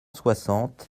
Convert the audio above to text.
soixante